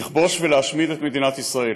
לכבוש ולהשמיד את מדינת ישראל.